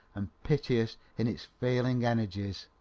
and piteous in its failing energies.